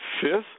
fifth